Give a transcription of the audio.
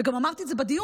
וגם אמרתי את זה בדיון,